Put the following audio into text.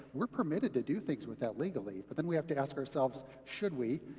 we're permitted to do things with that legally. but then we have to ask ourselves should we,